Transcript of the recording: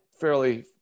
fairly –